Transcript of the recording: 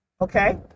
Okay